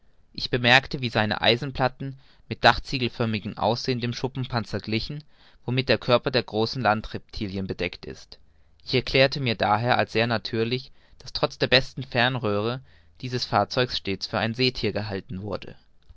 ich bemerkte wie seine eisenplatten mit dachziegelförmigem aussehen dem schuppenpanzer glichen womit der körper der großen land reptilien bedeckt ist ich erklärte mir daher als sehr natürlich daß trotz der besten fernröhre dies fahrzeug stets für ein seethier gehalten wurde